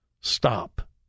Stop